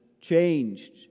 changed